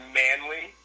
manly